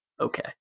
okay